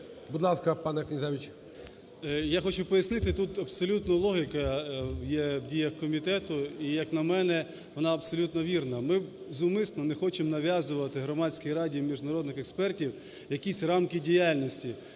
Я хочу пояснити, тут абсолютно логіка є в діях комітету, і, як на мене, вона абсолютно вірна. Ми зумисно не хочемо нав'язувати Громадській раді міжнародних експертів якісь рамки діяльності